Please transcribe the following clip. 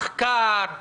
מחקר,